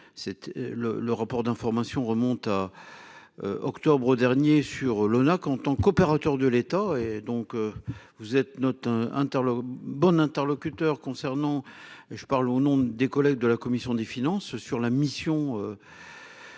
le rapport d'information remonte à. Octobre dernier sur l'ONAC en tant qu'opérateur de l'État et donc. Vous êtes notre interlock bon interlocuteur concernant, et je parle au nom des collègues de la commission des finances sur la mission.